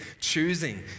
choosing